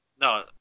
no